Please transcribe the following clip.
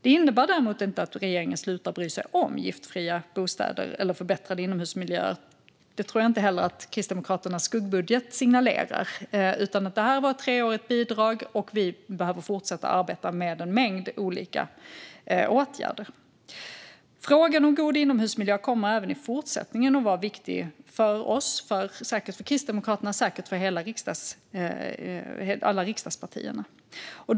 Detta betyder inte att regeringen slutar att bry sig om giftfria bostäder och förbättrade inomhusmiljöer. Det tror jag inte heller att Kristdemokraterna signalerar med sin skuggbudget. Detta var ett treårigt bidrag, och vi behöver fortsätta med en mängd olika åtgärder. Frågan om god inomhusmiljö kommer även i fortsättningen att vara viktig för oss, Kristdemokraterna och säkert övriga riksdagspartier.